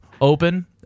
open